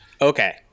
Okay